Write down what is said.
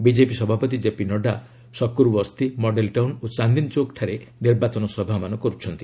BJP ସଭାପତି JP Nadda Shakur Basti Model Town ଓ ଚାନ୍ଦିନୀ ଚୌକରେ ନିର୍ବାଚନ ସଭାମାନ କରୁଛନ୍ତି